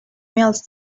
meals